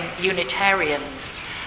Unitarians